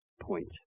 point